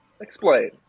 Explain